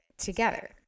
Together